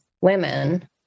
women